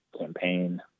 campaign